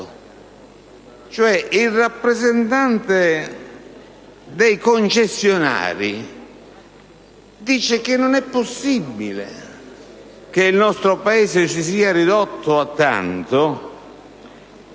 il rappresentante dei concessionari sostiene che non è possibile che il nostro Paese si sia ridotto a tanto,